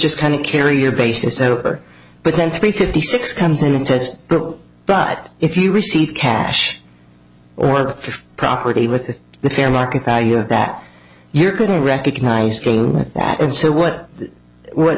just kind of carry your basis over but then three fifty six comes in and says but if you received cash or property with the fair market value that you couldn't recognize that and so what would